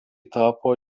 tapo